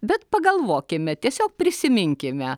bet pagalvokime tiesiog prisiminkime